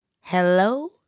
Hello